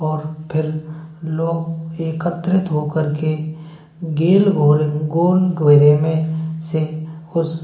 और फिर लोग एकत्रित होकर के गेल घोरे गोल घेरे में से उस